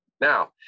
Now